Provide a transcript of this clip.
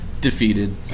defeated